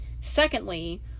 Secondly